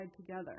together